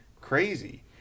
crazy